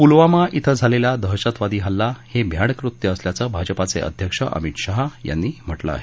पुलवामा क्रिं झालेला दहशतवादी हल्ला हे भ्याड कृत्य असल्याचं भाजपाचे अध्यक्ष अमित शहा यांनी म्हटलं आहे